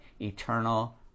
eternal